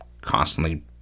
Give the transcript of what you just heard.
constantly